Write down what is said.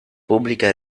pubblica